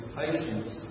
patience